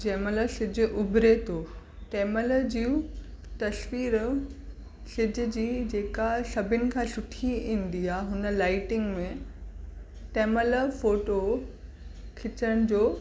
जंहिं महिल सिजु उभिरे थो तंहिं महिल जूं तस्वीरु सिज जी जेका सभिनि खां सुठी ईंदी आहे हुन लाइटिंग में तंहिं महिल फोटो खिचण जो